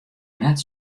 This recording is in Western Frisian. net